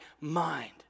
mind